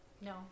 no